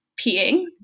peeing